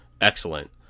excellent